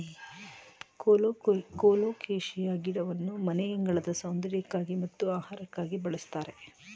colocasia ಗಿಡವನ್ನು ಮನೆಯಂಗಳದ ಸೌಂದರ್ಯಕ್ಕಾಗಿ ಮತ್ತು ಆಹಾರಕ್ಕಾಗಿಯೂ ಬಳ್ಸತ್ತರೆ